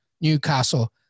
Newcastle